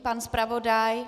Pan zpravodaj?